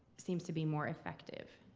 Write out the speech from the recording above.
seems to be more effective.